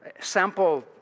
sample